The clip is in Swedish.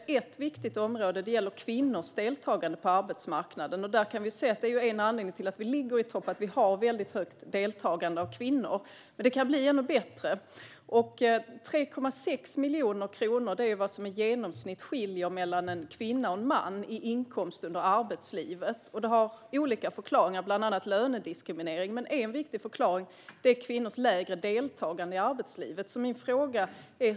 Ett viktigt område gäller kvinnors deltagande på arbetsmarknaden. Vi kan se att en av anledningarna till att vi ligger i topp är att vi har ett högt deltagande bland kvinnor. Detta kan dock bli ännu bättre. Det skiljer i genomsnitt 3,6 miljoner kronor mellan en kvinnas och en mans inkomst under arbetslivet. Detta har olika förklaringar, bland annat lönediskriminering. Men en viktig förklaring är kvinnors lägre deltagande i arbetslivet.